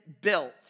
built